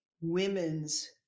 women's